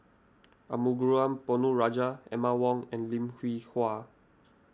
Arumugam Ponnu Rajah Emma Yong and Lim Hwee Hua